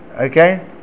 Okay